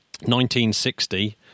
1960